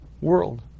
world